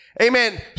Amen